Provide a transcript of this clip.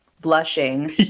blushing